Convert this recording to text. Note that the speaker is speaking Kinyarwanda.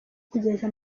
kugeza